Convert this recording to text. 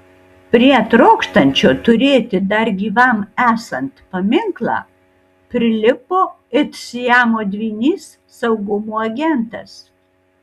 prie trokštančio turėti dar gyvam esant paminklą prilipo it siamo dvynys saugumo agentas